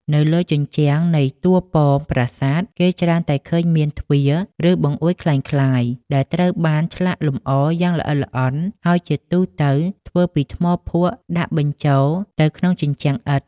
នៅលើជញ្ជាំងនៃតួប៉មប្រាសាទ គេច្រើនតែឃើញមាន ទ្វារ ឬបង្អួចក្លែងក្លាយ ដែលត្រូវបានឆ្លាក់លម្អយ៉ាងល្អិតល្អន់ ហើយជាទូទៅធ្វើពីថ្មភក់ដាក់បញ្ចូលទៅក្នុងជញ្ជាំងឥដ្ឋ។